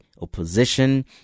opposition